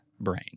brain